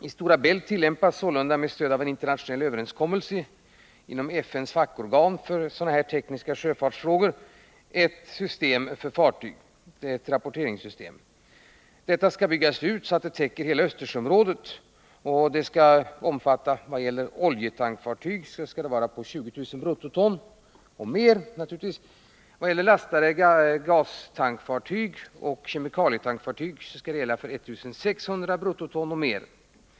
I Stora Bält tillämpas sålunda, med stöd av en internationell överenskommelse inom FN:s fackorgan för tekniska sjöfartsfrågor , ett positionsrapporteringssystem för fartyg. Detta system skall byggas ut så, att det täcker hela Östersjöområdet. Det skall, vad gäller o'jetankfartyg, omfatta fartyg på 20 000 bruttoton och mer. Vad gäller lastade gastankfartyg och kemikalietankfartyg skall det avse fartyg på 1600 bruttoton och mer.